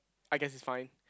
I guess it's fine